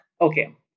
okay